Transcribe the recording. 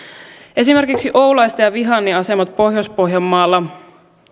esimerkiksi oulaisten ja vihannin asemat pohjois pohjanmaalla